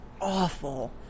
awful